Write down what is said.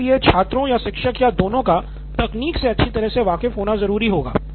इसके लिए छात्रों या शिक्षक या दोनों का तकनीक से अच्छी तरह से वाक़िफ़ होना ज़रूरी होगा